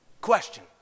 Question